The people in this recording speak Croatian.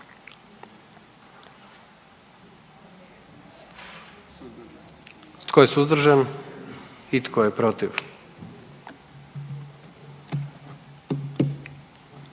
Tko je suzdržan? I tko je protiv?